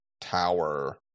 tower